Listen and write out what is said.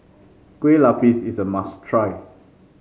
Kue Lupis is a must try